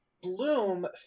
Bloom